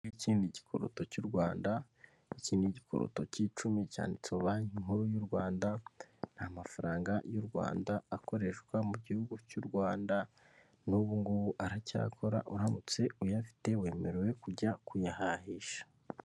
Iki ngiki ni igikoroto cy'u Rwanda iki ni igikoroto cy'icumi cyanditseho banki nkuru y'u Rwanda ni amafaranga y'u Rwanda akoreshwa mu gihugu cy'u Rwanda n'ubungubu aracyakora uramutse uyafite wemerewe kujya kuyahahisha.